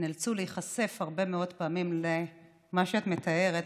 הם נאלצו להיחשף הרבה מאוד פעמים למה שאת מתארת,